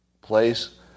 place